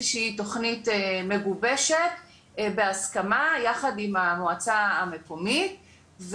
שהיא תכנית מגובשת בהסכמה יחד עם המועצה המקומית.